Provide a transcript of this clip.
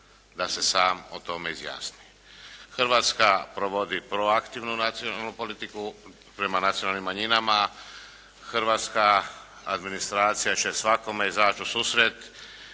da se sam o tome izjasni. Hrvatska provodi pro aktivnu nacionalnu politiku prema nacionalnim manjinama, hrvatska administracija će svakome izaći u susret.